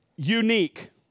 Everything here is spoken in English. unique